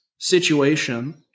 Situation